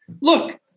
look